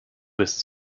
bist